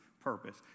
purpose